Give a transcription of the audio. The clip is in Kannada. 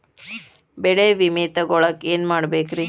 ಬೆಳೆ ವಿಮೆ ತಗೊಳಾಕ ಏನ್ ಮಾಡಬೇಕ್ರೇ?